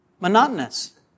monotonous